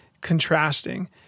contrasting